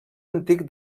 antic